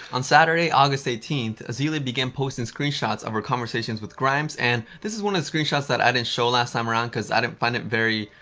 on saturday, august eighteenth, azealia began posting screenshots of her conversations with grimes and this is one of the screenshots that i didn't show last time around cause i didn't find it very,